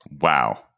Wow